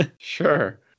Sure